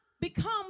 become